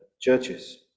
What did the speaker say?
churches